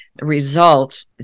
result